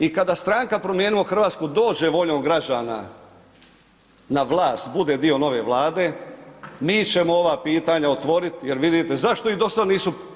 I kada stranka Promijenimo Hrvatsku dođe voljom građana na vlast, bude dio nove vlade, mi ćemo ova pitanja otvoriti jer vidite zašto i do sada nisu?